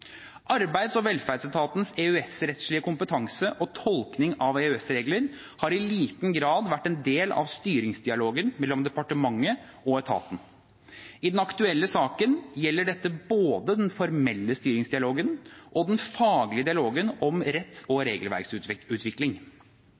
Arbeids- og velferdsetatens EØS-rettslige kompetanse og tolkning av EØS-regler har i liten grad vært en del av styringsdialogen mellom departementet og etaten. I den aktuelle saken gjelder dette både den formelle styringsdialogen og den faglige dialogen om retts- og